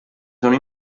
sono